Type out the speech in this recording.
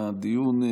הדיון,